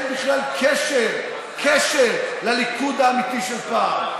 אין בכלל קשר לליכוד האמיתי של פעם.